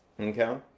Okay